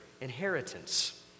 inheritance